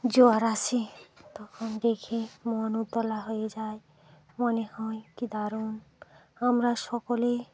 জোয়ার আসে তখন দেখে মন উতলা হয়ে যায় মনে হয় কী দারুণ আমরা সকলে